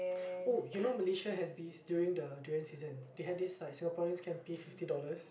oh you know Malaysia has this during the durian season they had this like Singaporeans can pay fifty dollars